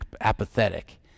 apathetic